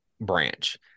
branch